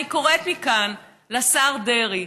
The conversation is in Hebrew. אני קוראת מכאן לשר דרעי: